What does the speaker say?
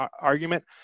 argument